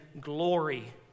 glory